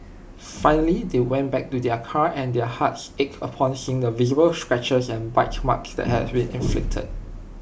finally they went back to their car and their hearts ached upon seeing the visible scratches and bite marks that had been inflicted